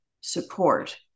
support